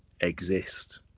exist